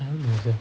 I don't know sia